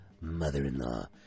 mother-in-law